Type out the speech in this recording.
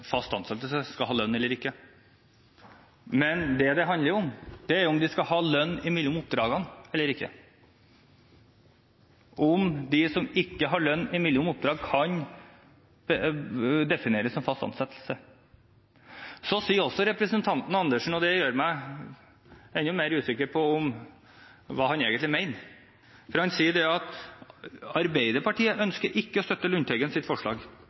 fast ansettelse, skal ha lønn eller ikke. Det det handler om, er hvorvidt de skal ha lønn mellom oppdragene eller ikke, og om de som ikke har lønn mellom oppdragene, kan defineres som fast ansatte. Representanten Dag Terje Andersen sier også – og det gjør meg enda mer usikker på hva han egentlig mener – at Arbeiderpartiet ønsker ikke å støtte Lundteigens forslag.